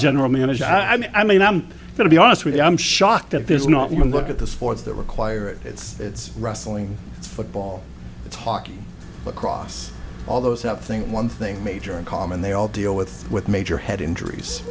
general manager i mean i'm going to be honest with you i'm shocked that there's not even look at the sports that require it it's it's wrestling it's football it's hockey across all those that thing one thing major in common they all deal with with major head injuries